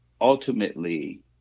ultimately